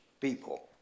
people